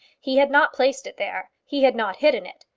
he had not placed it there. he had not hidden it.